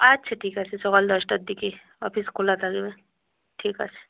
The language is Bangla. আচ্ছা ঠিক আছে সকাল দশটার দিকে অফিস খোলা থাকবে ঠিক আছে